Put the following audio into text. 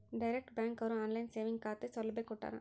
direct bank ಅವ್ರು online saving ಖಾತೆ ಸೌಲಭ್ಯ ಕೊಟ್ಟಾರ